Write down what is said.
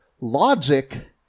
logic